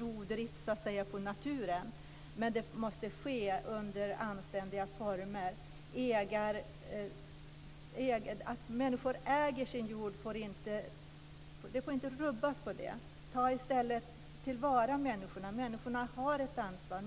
rovdrift på naturen, men det måste ske under anständiga former. Det får inte rubbas på människors äganderätt till sin jord. Ta i stället till vara människorna! Människor har ett ansvar.